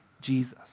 Jesus